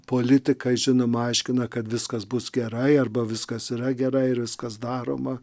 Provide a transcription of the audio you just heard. politikai žinoma aiškina kad viskas bus gerai arba viskas yra gera ir viskas daroma